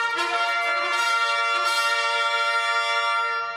מאולם המליאה.)